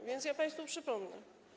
A więc ja państwu przypomnę.